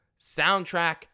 soundtrack